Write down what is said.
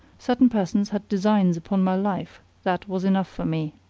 certain persons had designs upon my life that was enough for me.